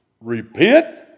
repent